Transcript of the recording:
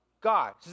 God